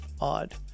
odd